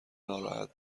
ناراحت